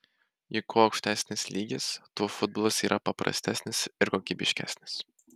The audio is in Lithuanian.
juk kuo aukštesnis lygis tuo futbolas yra paprastesnis ir kokybiškesnis